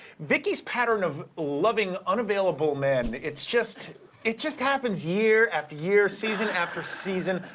vicki's pattern of loving unavailable men, it's just it just happens year after year, season after season.